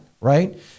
right